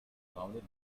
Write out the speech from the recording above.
surrounded